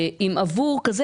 כי אם עבור חוק כזה,